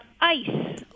ice